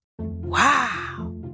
Wow